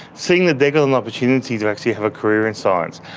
seeing that they've got an opportunity to actually have a career in science.